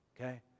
okay